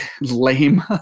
lame